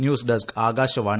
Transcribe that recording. news desk Akashvani